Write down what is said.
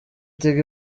tigo